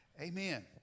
Amen